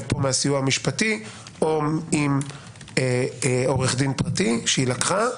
מהסיוע המשפטי או עם עורך דין פרטי שהיא לקחה,